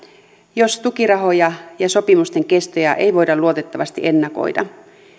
jos tukirahoja ja sopimusten kestoja ei voida luotettavasti ennakoida